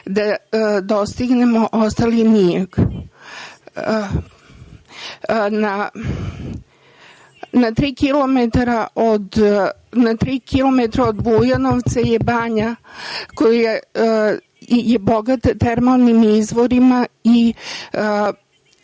da dostignemo ostali …Na tri kilometra od Bujanovca je banja koja je bogata termalnim izvorima i